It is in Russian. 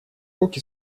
руки